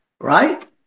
Right